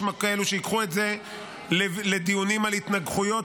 יש כאלה שייקחו את זה לדיונים על התנגחויות,